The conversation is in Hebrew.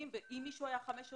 אתה יודע מה יקרה אם לא יהיה כסף.